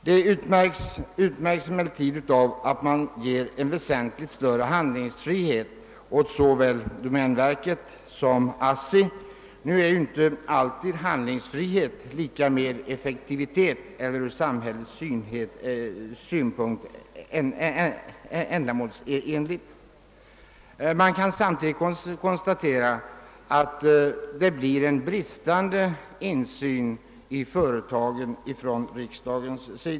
Förslaget utmärkes av att man ger väsentligt större handlingsfrihet åt såväl domänverket som ASSI. Nu är ju handlingsfrihet inte alltid lika med effektivitet eller något som ur samhällssynpunkt är ändamålsenligt. Samtidigt kan konstateras att riksdagen får en bristande insyn i företagen.